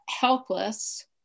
helpless